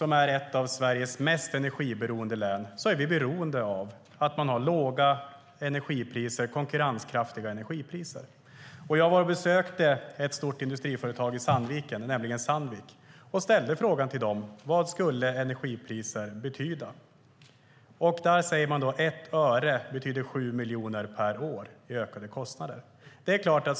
I Gävleborg, som är ett av Sveriges mest energiberoende län, är vi beroende av att man har låga och konkurrenskraftiga energipriser. Jag var och besökte ett stort industriföretag i Sandviken, nämligen Sandvik, och frågade dem vad en höjning av energipriserna skulle betyda för dem. De svarade att 1 öre betyder 7 miljoner per år i ökade kostnader.